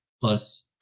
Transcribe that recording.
plus